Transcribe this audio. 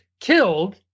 killed